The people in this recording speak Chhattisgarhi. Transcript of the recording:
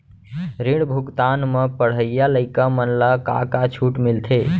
ऋण भुगतान म पढ़इया लइका मन ला का का छूट मिलथे?